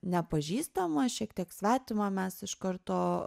nepažįstama šiek tiek svetima mes iš karto